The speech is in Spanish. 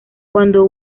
cuando